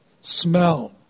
smell